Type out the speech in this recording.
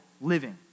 living